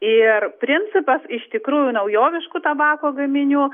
ir principas iš tikrųjų naujoviškų tabako gaminių